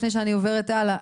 לפני שאני עוברת הלאה,